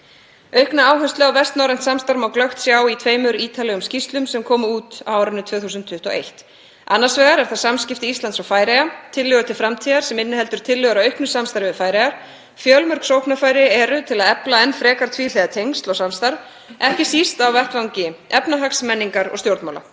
Aukna áherslu á vestnorrænt samstarf má glöggt sjá í tveimur ítarlegum skýrslum sem komu út á árinu 2021. Annars vegar er það Samskipti Íslands og Færeyja – Tillögur til framtíðar sem inniheldur tillögur að auknu samstarfi við Færeyjar. Fjölmörg sóknarfæri eru til að efla enn frekar tvíhliða tengsl og samstarf, ekki síst á vettvangi efnahags-, menningar- og stjórnmála.